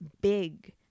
big